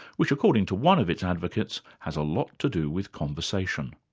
which according to one of its advocates, has a lot to do with conversation.